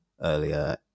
earlier